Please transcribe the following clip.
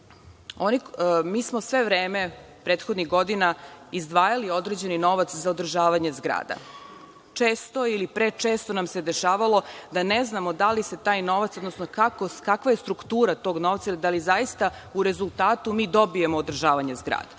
da smo mi sve vreme, prethodnih godina, izdvajali određeni novac za održavanje zgrada. Često ili prečesto nam se dešavalo da ne znamo da li se taj novac, odnosno kakva je struktura tog novca, da li zaista u rezultatu mi dobijemo održavanje zgrade.